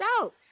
out